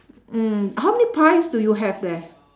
mm how many pies do you have there